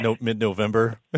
mid-November